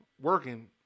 working